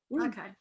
okay